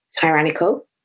tyrannical